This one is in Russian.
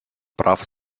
прав